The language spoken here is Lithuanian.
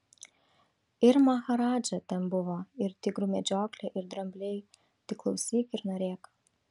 ir maharadža ten buvo ir tigrų medžioklė ir drambliai tik klausyk ir norėk